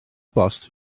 bost